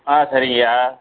ஆ சரிங்கய்யா